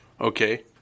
okay